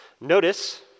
Notice